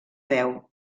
veu